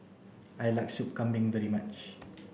I like sup Kambing very much